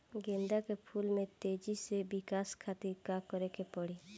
गेंदा के फूल में तेजी से विकास खातिर का करे के पड़ी?